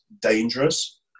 dangerous